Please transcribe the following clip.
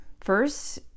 first